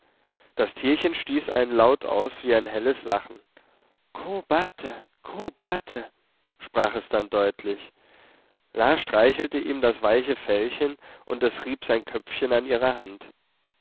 das tierchen stieß einen laut aus wie eines helles lachen ko bate ko bate sprach es dann deutlich la streichelte ihm das weiche fellchen und es rieb sein köpfchen an ihrer hand